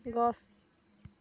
গছ